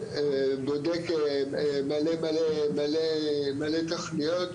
בודק מלא מלא תוכניות,